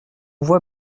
voit